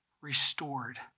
restored